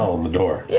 on the door. yeah